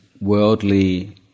worldly